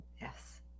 Yes